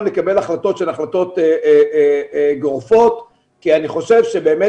לקבל החלטות שהן החלטות גורפות כי אני חושב שבאמת